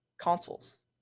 Consoles